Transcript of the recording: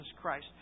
Christ